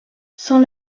sans